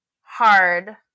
hard